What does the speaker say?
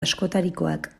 askotarikoak